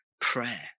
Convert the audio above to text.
prayer